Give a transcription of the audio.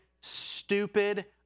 stupid